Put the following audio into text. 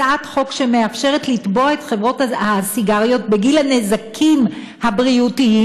הצעת חוק שמאפשרת לתבוע את חברות הסיגריות בגין הנזקים הבריאותיים